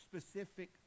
specific